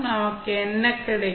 நமக்கு என்ன கிடைக்கும்